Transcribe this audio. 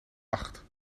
acht